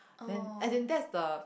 when and then that is the